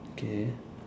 okay